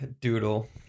Doodle